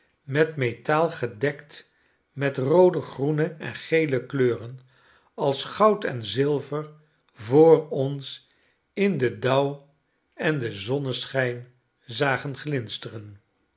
met metaal gedekt met roode groene en gele kleuren als goud en zilver voor ons in den dauw en den zonneschijn zagen glinsteren